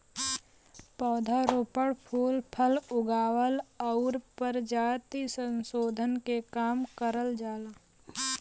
पौध रोपण, फूल फल उगावल आउर परजाति संसोधन के काम करल जाला